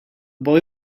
boy